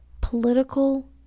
political